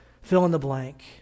fill-in-the-blank